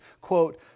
quote